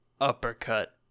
uppercut